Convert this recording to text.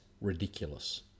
ridiculous